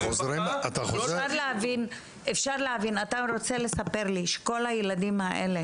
אתה רוצה לספר לי שכל הילדים האלה